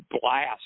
blast